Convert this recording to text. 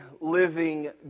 living